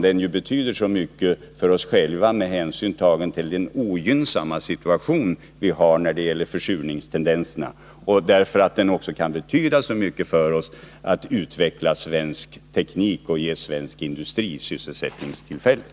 Det betyder så mycket för oss själva, bl.a. med hänsyn tagen till vår ogynnsamma situation när det gäller försurningstendenserna. Det betyder också mycket för oss att kunna utveckla svensk teknik och ge svensk industri sysselsättningstillfällen.